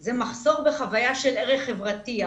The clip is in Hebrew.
זה מחסור בחוויה של ערך חברתי,